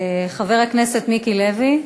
חבר הכנסת מיקי לוי,